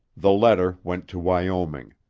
the letter went to wyoming.